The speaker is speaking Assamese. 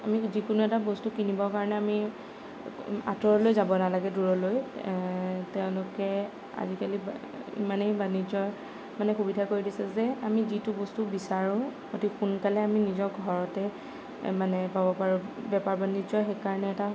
আমি যিকোনো এটা বস্তু কিনিবৰ কাৰণে আমি আঁতৰলৈ যাব নালাগে দূৰলৈ তেওঁলোকে আজিকালি ইমানেই বাণিজ্য মানে সুবিধা কৰি দিছে যে আমি যিটো বস্তু বিচাৰোঁ অতি সোনকালে আমি নিজৰ ঘৰতে মানে পাব পাৰোঁ বেপাৰ বাণিজ্য সেইকাৰণে এটা